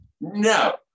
No